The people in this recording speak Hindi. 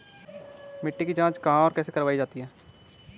मिट्टी की जाँच कहाँ और कैसे करवायी जाती है?